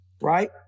right